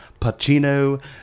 Pacino